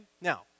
Now